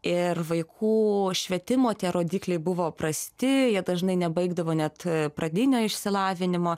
ir vaikų švietimo tie rodikliai buvo prasti jie dažnai nebaigdavo net pradinio išsilavinimo